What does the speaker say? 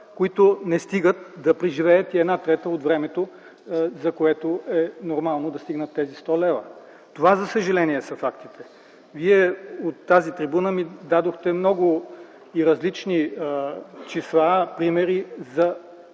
които не стигат да преживеят и една трета от времето, за което е нормално да стигнат тези 100 лева. Това, за съжаление, са фактите. Вие от тази трибуна ни дадохте много и различни числа за